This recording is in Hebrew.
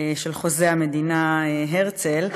של חוזה המדינה הרצל.